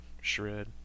shred